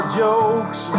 jokes